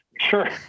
Sure